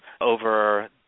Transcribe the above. over